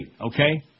okay